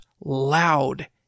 loud